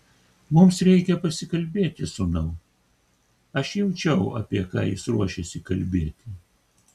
mums reikia pasikalbėti sūnau aš jaučiau apie ką jis ruošiasi kalbėti